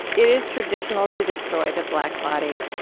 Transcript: it is traditional to destroy the black body.